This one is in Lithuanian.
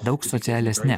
daug socialesne